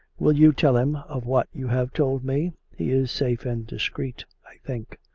will you tell him of what you have told me he is safe and discreet, i think.